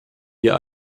wir